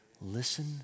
Listen